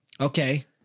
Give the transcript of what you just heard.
Okay